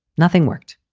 nothing worked.